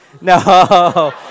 No